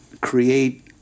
create